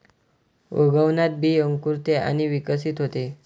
उगवणात बी अंकुरते आणि विकसित होते